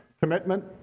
commitment